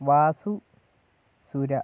Vasu Sura